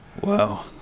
Wow